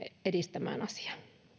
edistämään asiaa